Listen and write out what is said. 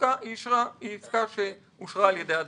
מדובר בעסקה שאושרה על ידי הדח"צים.